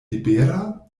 libera